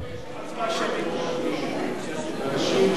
ההגדרה המדויקת היא,